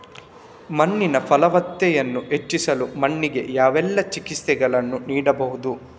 ಮಣ್ಣಿನ ಫಲವತ್ತತೆಯನ್ನು ಹೆಚ್ಚಿಸಲು ಮಣ್ಣಿಗೆ ಯಾವೆಲ್ಲಾ ಚಿಕಿತ್ಸೆಗಳನ್ನು ನೀಡಬಹುದು?